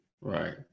Right